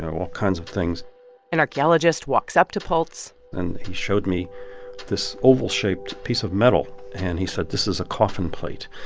and all kinds of things an archaeologist walks up to pultz and he showed me this oval-shaped piece of metal, and he said this is a coffin plate.